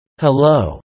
Hello